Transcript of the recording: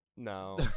No